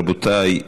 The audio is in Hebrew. רבותיי,